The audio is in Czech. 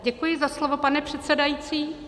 Děkuji za slovo, pane předsedající.